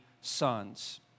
sons